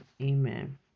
Amen